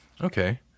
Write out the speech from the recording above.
Okay